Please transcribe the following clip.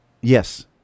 Yes